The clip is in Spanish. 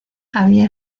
había